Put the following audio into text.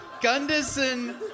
Gunderson